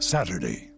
Saturday